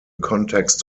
context